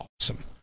awesome